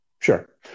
Sure